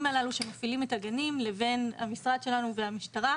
הללו שמפעילים את הגנים לבין המשרד שלנו והמשטרה,